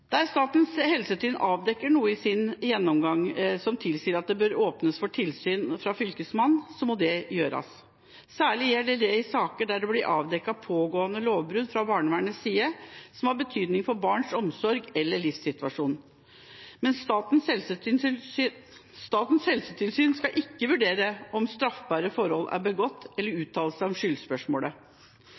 Der Statens helsetilsyn avdekker noe i sin gjennomgang som tilsier at det bør åpnes for tilsyn fra Fylkesmannen, må det gjøres. Særlig gjelder det saker der det blir avdekket pågående lovbrudd fra barnevernets side som har betydning for barns omsorg eller livssituasjon. Men Statens helsetilsyn skal ikke vurdere om straffbare forhold er begått, eller uttale seg om skyldspørsmålet.